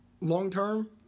Long-term